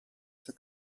für